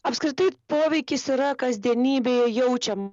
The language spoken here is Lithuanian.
apskritai poveikis yra kasdienybėje jaučiam